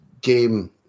game